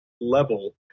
level